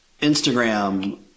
instagram